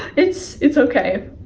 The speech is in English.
it's it's ok!